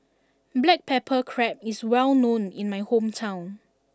Black Pepper Crab is well known in my hometown